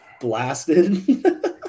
blasted